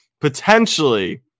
potentially